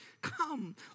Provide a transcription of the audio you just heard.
Come